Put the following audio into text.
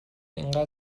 اینقدر